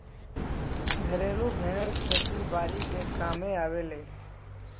घरेलु भेड़ खेती बारी के कामे आवेले